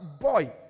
boy